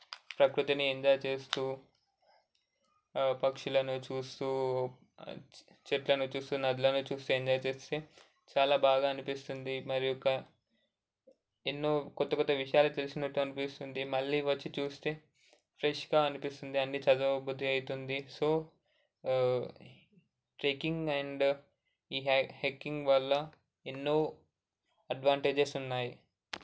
ప్రకృతిని ఎంజాయ్ చేస్తూ పక్షులను చూస్తూ చెట్లను చూస్తూ నదులను చూస్తూ ఎంజాయ్ చేస్తే చాలా బాగా అనిపిస్తుంది మరియు ఒక ఎన్నో క్రొత్త క్రొత్త విషయాలు తెలిసినట్టు అనిపిస్తుంది మళ్ళీ వచ్చి చూస్తే ఫ్రెష్గా అనిపిస్తుంది అన్నీ చదవబుద్ధి అవుతుంది సో ట్రెక్కింగ్ అండ్ ఈ హైకింగ్ వల్ల ఎన్నో అడ్వాంటేజెస్ ఉన్నాయి